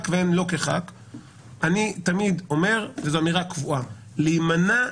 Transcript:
כנסת והן לא כחבר כנסת אני תמיד אומר באמירה קבועה: להימנע,